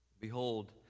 Behold